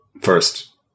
first